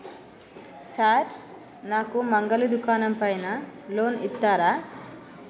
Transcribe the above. Sir నాకు మంగలి దుకాణం పైన లోన్ ఇత్తరా?